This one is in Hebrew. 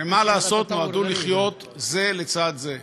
שמה לעשות, נועדו לחיות זה לצד זה.